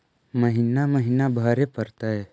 महिना महिना भरे परतैय?